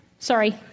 Sorry